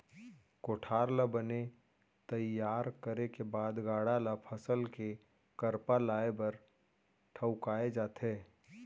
कोठार ल बने तइयार करे के बाद गाड़ा ल फसल के करपा लाए बर ठउकाए जाथे